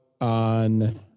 on